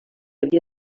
havia